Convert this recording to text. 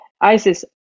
Isis